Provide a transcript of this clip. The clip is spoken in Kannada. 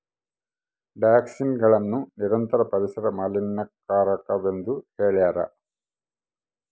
ಡಯಾಕ್ಸಿನ್ಗಳನ್ನು ನಿರಂತರ ಪರಿಸರ ಮಾಲಿನ್ಯಕಾರಕವೆಂದು ಹೇಳ್ಯಾರ